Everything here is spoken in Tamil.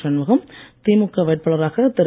சண்முகம் திமுக வேட்பாளராக திரு